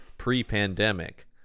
pre-pandemic